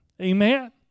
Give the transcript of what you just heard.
Amen